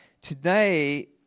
Today